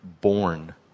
born